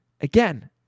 Again